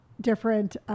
different